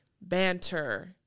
banter